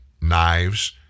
knives